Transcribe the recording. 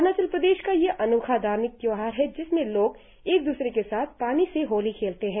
अरुणाचल प्रदेश का ये अनोखा धार्मिक त्योहार है जिसमें लोग एक दूसरे के साथ पानी से होली खेलते है